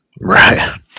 Right